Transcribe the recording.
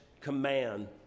command